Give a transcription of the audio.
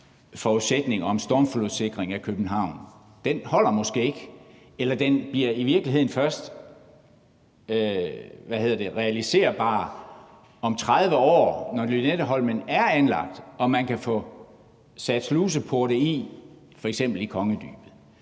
forudsætning om stormflodssikring af København måske ikke holder, eller at den i virkeligheden først bliver realiserbar om 30 år, når Lynetteholmen er anlagt og man kan få sat sluseporte i, f.eks. i Kongedybet.